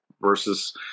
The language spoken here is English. Versus